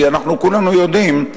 כי אנחנו כולנו יודעים,